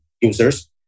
users